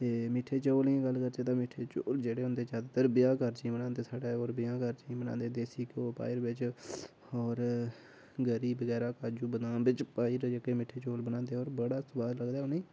ते मिट्ठे चोलें दी गल्ल करचै ते मिट्ठे चोल जेह्ड़े होंदे जादैतर ब्याह् कारजें ई बनांदे साढ़े होर ब्याह् कारजें ई बनांदे न ते देसी घ्योऽ पाई'र बिच होर गरी बगैरा काजू बादाम बिच पाई'र जेह्के मिट्ठे चोल बनांदे होर बड़ा सोआद लगदा ऐ उ'नें ई